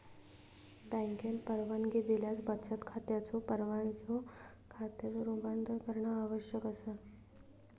बँकेन परवानगी दिल्यास बचत खात्याचो पगाराच्यो खात्यात रूपांतर करणा शक्य असा